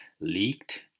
leaked